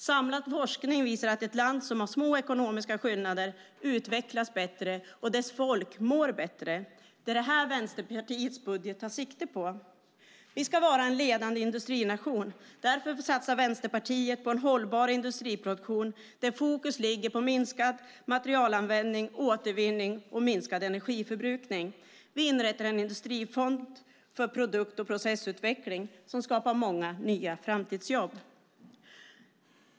Samlad forskning visar att ett land med små ekonomiska skillnader utvecklas bättre och att dess folk mår bättre. Det är det Vänsterpartiets budget tar sikte på. Vi ska vara en ledande industrination. Därför satsar Vänsterpartiet på en hållbar industriproduktion där fokus ligger på minskad materialanvändning, återvinning och minskad energiförbrukning. Vi inrättar en industrifond för produkt och processutveckling som skapar många nya framtidsjobb.